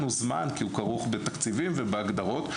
זמן כי הוא כרוך בתקציבים ובהגדרות,